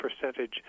percentage